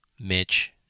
Mitch